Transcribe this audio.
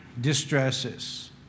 distresses